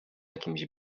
jakimś